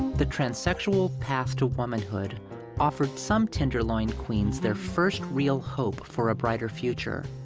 the transsexual path to womanhood offered some tenderloin queens their first real hope for a brighter future,